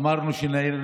אמרנו שנרים